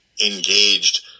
engaged